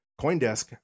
coindesk